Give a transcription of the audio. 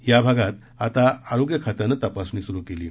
या भागात आता आरोग्य खात्यानं तपासणी स्रू केलीय